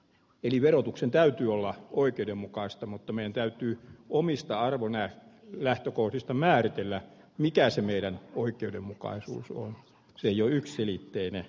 eli verotuksen täytyy olla oikeudenmukaistamattomien täytyy omista arvonä lähtökohdista määritellä mikä se meidän oikeudenmukaisuus on siljo yksiselitteinen